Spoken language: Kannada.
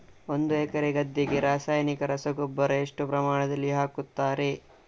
ಒಂದು ಎಕರೆ ಗದ್ದೆಗೆ ರಾಸಾಯನಿಕ ರಸಗೊಬ್ಬರ ಎಷ್ಟು ಪ್ರಮಾಣದಲ್ಲಿ ಹಾಕುತ್ತಾರೆ?